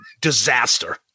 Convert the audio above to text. disaster